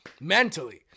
mentally